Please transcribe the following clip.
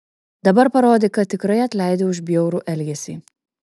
dabar parodyk kad tikrai atleidi už bjaurų elgesį